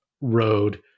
road